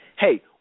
hey